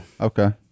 Okay